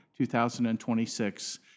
2026